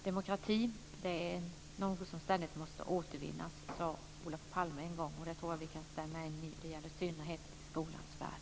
Demokrati är något som ständigt måste återvinnas, sade Olof Palme en gång, och det tror jag att vi kan stämma in i. Det gäller i synnerhet i skolans värld.